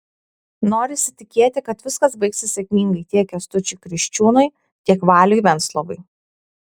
norisi tikėti kad viskas baigsis sėkmingai tiek kęstučiui kriščiūnui tiek valiui venslovui